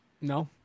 No